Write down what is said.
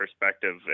perspective